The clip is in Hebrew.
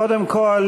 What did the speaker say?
קודם כול,